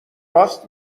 راست